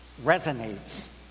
resonates